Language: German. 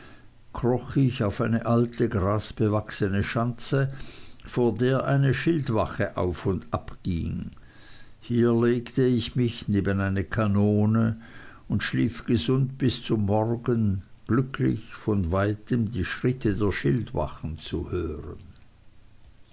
ich auf eine alte grasbewachsene schanze vor der eine schildwache auf und ab ging hier legte ich mich neben eine kanone und schlief gesund bis zum morgen glücklich von weitem die schritte der schildwache zu hören